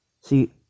See